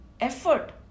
effort